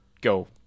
go